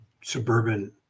suburban